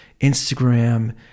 instagram